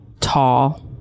tall